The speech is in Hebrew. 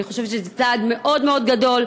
אני חושבת שזה צעד מאוד מאוד גדול.